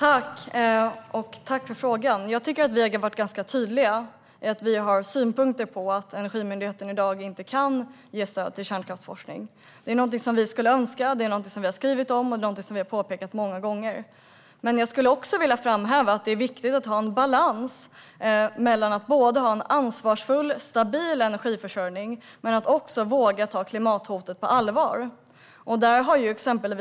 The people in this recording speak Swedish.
Fru talman! Tack för frågan! Jag tycker att vi har varit ganska tydliga med att vi har synpunkter på att Energimyndigheten i dag inte kan ge stöd till kärnkraftsforskning. Det är något vi skulle önska, det är något som vi har skrivit om och det är något som vi har påpekat många gånger. Jag vill framhäva att det är viktigt att ha en balans mellan att både ha en ansvarsfull, stabil energiförsörjning och våga ta klimathotet på allvar.